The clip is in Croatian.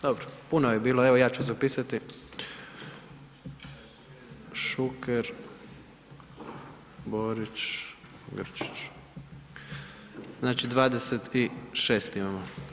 Dobro, puno je bilo, evo, ja ću zapisati, Šuker, Borić, Grčić, znači 26 imamo.